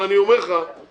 אבל אני אומר לך שהחוק